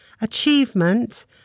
achievement